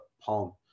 palm